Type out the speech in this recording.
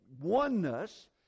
oneness